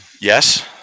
Yes